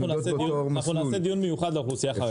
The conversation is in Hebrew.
אנחנו נקיים דיון מיוחד לאוכלוסייה החרדית.